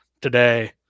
today